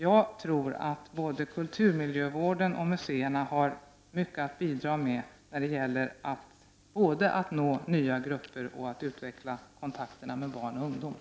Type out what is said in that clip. Jag tror att både kulturmiljövården och museerna har mycket att bidra med när det gäller såväl att nå nya grupper som att utveckla kontakterna med barn och ungdomar.